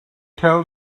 tell